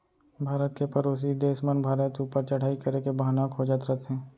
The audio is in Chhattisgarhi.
भारत के परोसी देस मन भारत ऊपर चढ़ाई करे के बहाना खोजत रथें